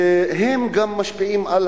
גם משפיעה על